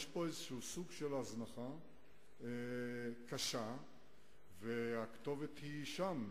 יש פה איזשהו סוג של הזנחה קשה והכתובת היא שם,